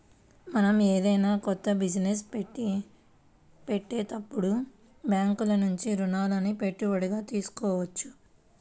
మనం ఏదైనా కొత్త బిజినెస్ పెట్టేటప్పుడు బ్యేంకుల నుంచి రుణాలని పెట్టుబడిగా తీసుకోవచ్చు